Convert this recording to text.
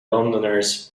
londoners